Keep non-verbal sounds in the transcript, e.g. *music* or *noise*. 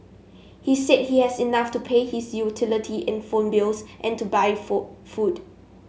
he said he has enough to pay his utility and phone bills and to buy *unintelligible* food